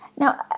Now